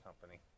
company